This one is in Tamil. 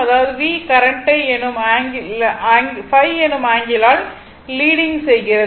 அதாவது v கரண்ட்டை ϕ எனும் ஆங்கிளால் லீடிங் செய்கிறது